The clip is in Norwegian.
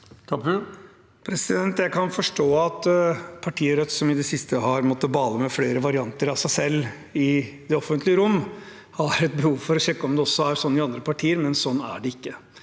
Jeg kan forstå at partiet Rødt, som i det siste har måttet bale med flere varianter av seg selv i det offentlige rom, har et behov for å sjekke om det også er slik i andre partier. Slik er det ikke.